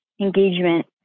engagement